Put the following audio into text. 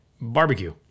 barbecue